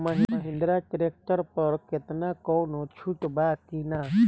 Mahindra tractor पर केतना कौनो छूट बा कि ना?